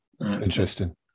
Interesting